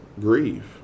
grieve